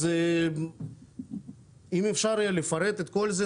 אז אם אפשר יהיה לפרט את כל זה,